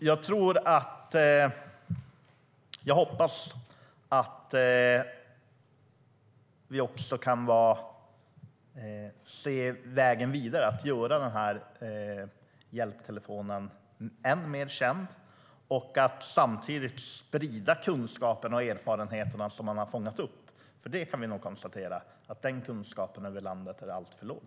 Jag hoppas att vi kan se en väg vidare framåt och göra den här hjälptelefonen än mer känd och samtidigt sprida den kunskap och de erfarenheter som man har fångat upp, för vi kan nog konstatera att kunskapen över landet är alltför låg.